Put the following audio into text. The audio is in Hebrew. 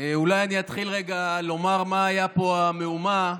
אולי אתחיל רגע בלומר מה הייתה פה המהומה,